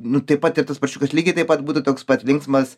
nu taip pat ir tas paršiukas lygiai taip pat būtų toks pat linksmas